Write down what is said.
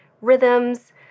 rhythms